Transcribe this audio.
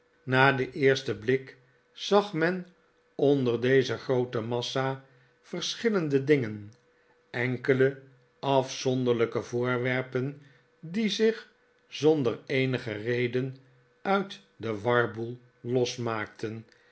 na den eersten blik zag men onder deze groote massa verschillende dingen enkele afzonderlijke voorwerpen die zich zonder eenige reden uit den warboel losmaakten